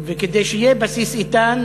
וכדי שיהיה בסיס איתן,